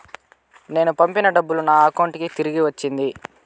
నేను పంపిన డబ్బులు నా అకౌంటు కి తిరిగి వచ్చింది